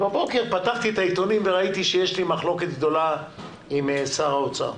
בבוקר פתחתי את העיתונים וראיתי שיש לי מחלוקת גדולה עם שר האוצר.